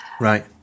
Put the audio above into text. right